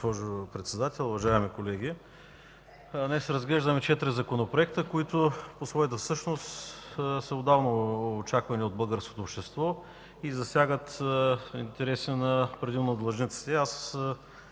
госпожо Председател, уважаеми колеги! Днес разглеждаме четири законопроекта, които по своята същност са отдавна очаквани от българското общество и засягат интереси предимно на длъжниците.